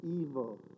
evil